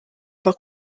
papa